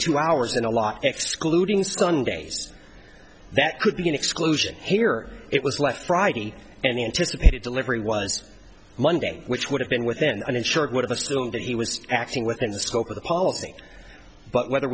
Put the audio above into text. two hours and a lot excluding sundays that could be an exclusion here it was left friday and the anticipated delivery was monday which would have been within uninsured would have assumed that he was acting within the scope of the policy but whether